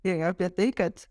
jei apie tai kad